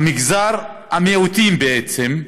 מגזר המיעוטים בעצם,